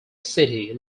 city